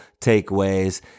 takeaways